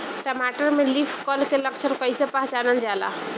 टमाटर में leaf curl के लक्षण कइसे पहचानल जाला?